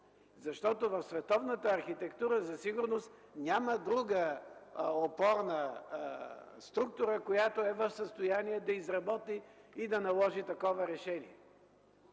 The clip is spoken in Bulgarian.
пропуск. Световната архитектура за сигурност няма друга опорна структура, която да е в състояние да изработи и да наложи такова решение.